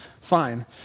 fine